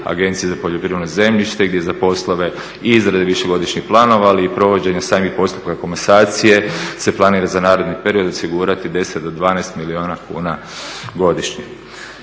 Agencije za poljoprivredno zemljište gdje za poslove izrade višegodišnjih planova, ali i provođenje samog postupka komasacije se planira za naredni period osigurati 10-12 milijuna kuna godišnje.